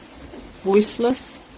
voiceless